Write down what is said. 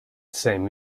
same